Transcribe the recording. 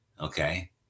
Okay